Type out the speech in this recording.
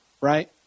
right